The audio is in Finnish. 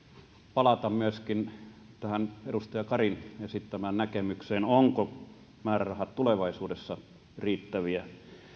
palata myöskin tähän edustaja karin esittämään näkemykseen ovatko määrärahat tulevaisuudessa riittäviä